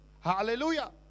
Hallelujah